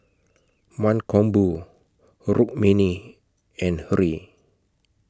Mankombu Rukmini and Hri